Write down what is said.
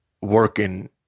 working